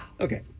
Okay